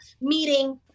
meeting